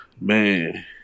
Man